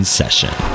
session